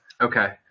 Okay